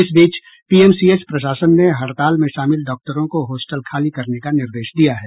इस बीच पीएमसीएच प्रशासन ने हड़ताल में शामिल डॉक्टरों को हॉस्टल खाली करने का निर्देश दिया है